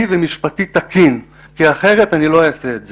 ומשפטי תקין כי אחרת אני לא אעשה את זה.